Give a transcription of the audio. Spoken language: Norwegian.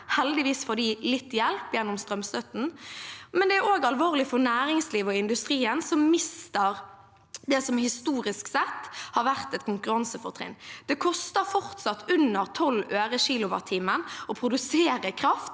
heldigvis får de litt hjelp gjennom strømstøtten – men det er også alvorlig for næringsliv og industri, som mister det som historisk sett har vært et konkurransefortrinn. Det koster i gjennomsnitt fortsatt under 12 øre kilowattimen å produsere kraft